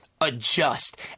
adjust